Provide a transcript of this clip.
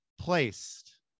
placed